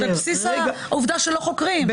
זה בבסיס העובדה שלא חוקרים.